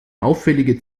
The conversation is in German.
auffällige